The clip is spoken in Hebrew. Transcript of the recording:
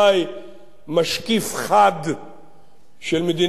משקיף חד של מדיניות אש"ף